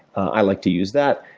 i like to use that.